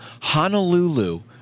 Honolulu